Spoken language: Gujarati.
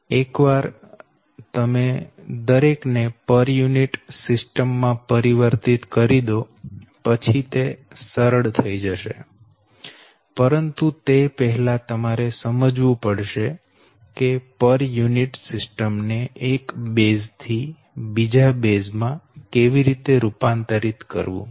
એક વાર તમે દરેક ને પર યુનિટ સિસ્ટમ માં પરિવર્તિત કરી દો પછી તે સરળ થઈ જશે પરંતુ તે પહેલાં તમારે સમજવું પડશે કે પર યુનિટ સિસ્ટમ ને એક બેઝ થી બીજા માં કેવી રીતે રૂપાંતરિત કરવું